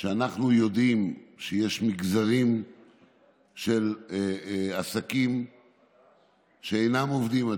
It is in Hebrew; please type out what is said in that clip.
שאנחנו יודעים שיש מגזרים של עסקים שעדיין אינם עובדים,